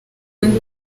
kimwe